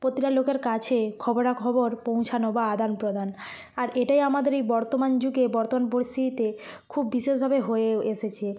প্রতিটা লোকের কাছে খবরাখবর পৌঁছানো বা আদানপ্রদান আর এটাই আমাদের এই বর্তমান যুগে বর্তমান পরিস্থিতিতে খুব বিশেষভাবে হয়েও এসেছে